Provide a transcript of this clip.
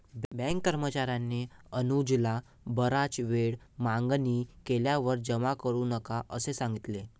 bank कर्मचार्याने अनुजला बराच वेळ मागणी केल्यावर जमा करू नका असे सांगितले